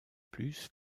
plus